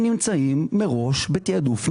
הם נמצאים מראש בתעדוף נמוך.